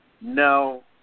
no